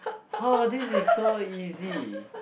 !woah! this is so easy